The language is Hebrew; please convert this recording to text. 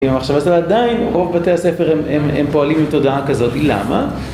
אם המחשבה הזאת, ועדיין רוב בתי הספר הם פועלים עם תודעה כזאת, למה?